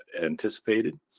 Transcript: anticipated